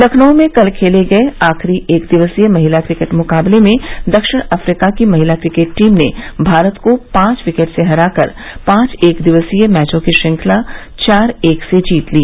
लखनऊ में कल खेले गए आखिरी एक दिवसीय महिला क्रिकेट मुकाबले में दक्षिण अफ्रीका की महिला क्रिकेट टीम ने भारत को पांच विकेट से हराकर पांच एक दिवसीय मैचों की श्रंखला चार एक से जीत ली